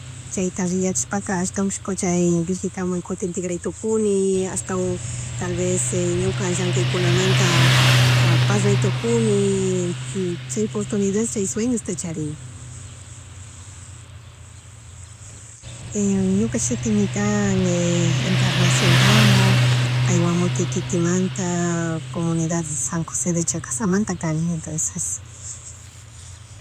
Chayta yachashpalka ashtawanpish kuti tigrashpalka, Beligicaman kutintigraytukuni y ashtawan tal vez ñujka llankaykunamanta parlaytukuni, y chay portunidad chay sueñosta charini. ñka shutimi kan Encarnaciòn Tambo kay Guamote kitimanta comunidad San Jose de Chacazamanta kani ñuka.